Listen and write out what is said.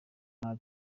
nta